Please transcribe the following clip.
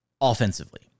offensively